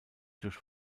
durch